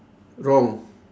wrong